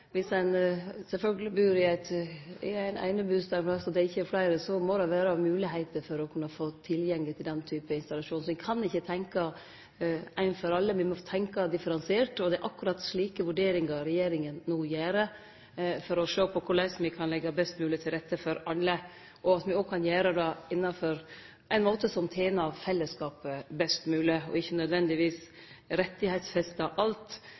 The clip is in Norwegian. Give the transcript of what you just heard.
om ein bur i ein einebustad, der det ikkje er fleire, må det sjølvsagt vere moglegheiter for å kunne få tilgang til den typen installasjon. Så ein kan ikkje tenkje ein for alle, me må tenkje differensiert. Det er akkurat slike vurderingar regjeringa no gjer for å sjå på korleis me kan leggje best mogleg til rette for alle, og at me òg kan gjere det innafor ein måte som tener fellesskapet best mogleg. Me skal ikkje nødvendigvis rettsfeste alt,